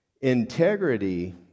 Integrity